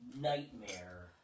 nightmare